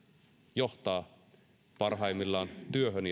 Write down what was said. johtaa parhaimmillaan työhön